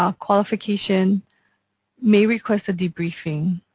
um qualification may request a debriefing.